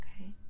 okay